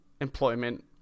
employment